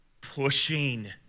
pushing